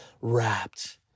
wrapped